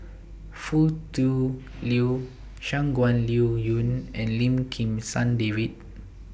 Foo Tui Liew Shangguan Liuyun and Lim Kim San David